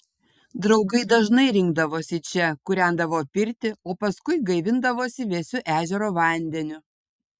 draugai dažnai rinkdavosi čia kūrendavo pirtį o paskui gaivindavosi vėsiu ežero vandeniu